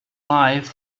life